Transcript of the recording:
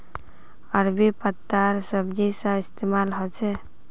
अरबी पत्तार सब्जी सा इस्तेमाल होछे